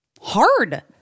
hard